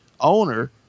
owner